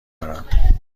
دارم